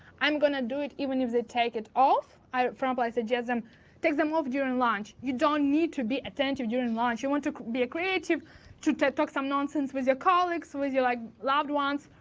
i'm going to do it even if they take it off. probably, i suggest them take them off during lunch. you don't need to be attentive during lunch. you want to be creative to ted-talks some nonsense with your colleagues, with your like loved ones.